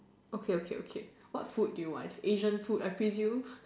okay okay okay what food do you want Asian food I presume